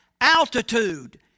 Altitude